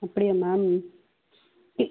அப்படியா மேம் இ